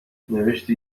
نوشتی